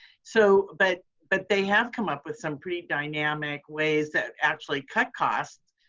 so but but they have come up with some pretty dynamic ways that actually cut costs.